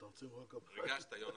ריגשת, יונתן.